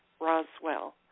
Roswell